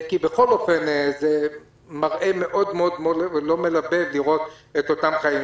בכל אופן זה מראה מאוד מאוד לא מלבב לראות את אותם חיילים.